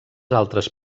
altres